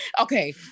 Okay